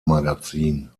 magazin